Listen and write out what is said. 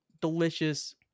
delicious